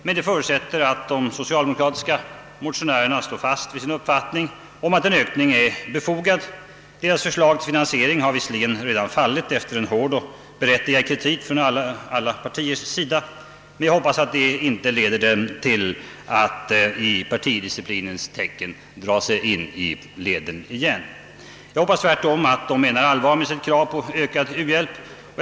Men det förutsätter att de socialdemokratiska motionärerna står fast vid sin uppfattning om att en ökning är befogad. Deras förslag till finansiering har visserligen fallit efter en hård och berättigad kritik från alla partier, men vi hoppas att detta inte leder dem till att i partidisciplinens tecken dra sig in i ledet igen. Jag hoppas tvärtom att de menar allvar med sitt krav på en ökning av u-hjälpen.